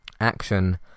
action